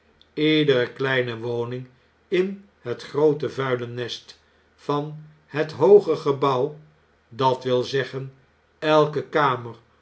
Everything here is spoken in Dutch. ledere kleine woning in het groote vuile nest van het hooge gebouw dat wil zeggen elke kamer